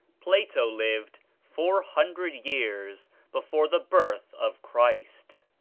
plato lived four hundred years before the birth of christ.